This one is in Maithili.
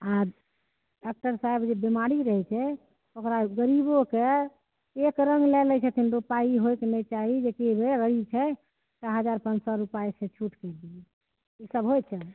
आ डाक्टर साहब जे बिमारी रहै छै ओकरा गरीबोके एक रङ्ग लए लै छथिन दू पाइ होएके नहि चाही जेकि ओएह गरीब छै जे हजार पाॅंच सए रुपए से सब होइ छै